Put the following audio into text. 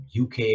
UK